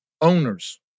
owners